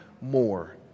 more